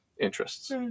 interests